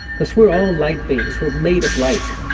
because we're all light beings, were made of light.